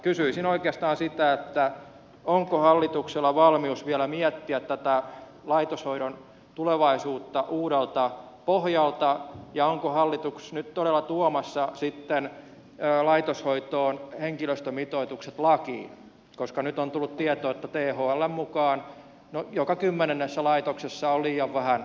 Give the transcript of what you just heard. kysyisin oikeastaan sitä onko hallituksella valmius vielä miettiä tätä laitoshoidon tulevaisuutta uudelta pohjalta ja onko hallitus nyt todella tuomassa sitten laitoshoitoon henkilöstömitoitukset lakiin koska nyt on tullut tieto että thln mukaan joka kymmenennessä laitoksessa on liian vähän hoitajia